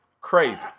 Crazy